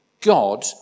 God